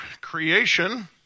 creation